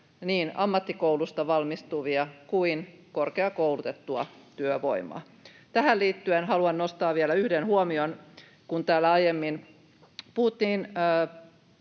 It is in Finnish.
niin ammattikoulusta valmistuvia kuin korkeakoulutettua työvoimaa. Tähän liittyen haluan nostaa vielä yhden huomion. Kun täällä aiemmin puhuttiin